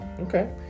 Okay